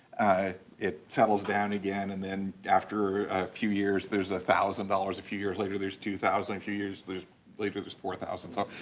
it settles down again. and then, after a few years, there's a thousand dollars. a few years later, there's two thousand, a few years later there's four thousand, so.